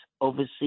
overseas